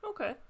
okay